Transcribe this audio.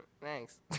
Thanks